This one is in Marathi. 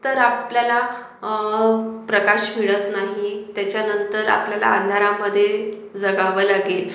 तर आपल्याला प्रकाश मिळत नाही त्याच्यानंतर आपल्याला अंधारामध्ये जगावं लागेल